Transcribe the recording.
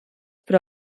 però